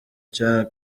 cya